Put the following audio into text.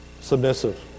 submissive